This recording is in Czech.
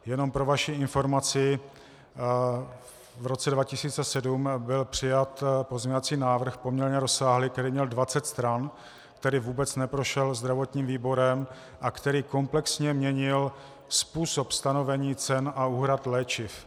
Jenom pro vaši informaci, v roce 2007 byl přijat pozměňovací návrh poměrně rozsáhlý, který měl dvacet stran, který vůbec neprošel zdravotním výborem a který komplexně měnil způsob stanovení cen a úhrad léčiv.